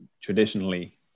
traditionally